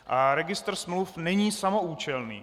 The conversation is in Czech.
A registr smluv není samoúčelný.